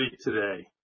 today